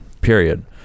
period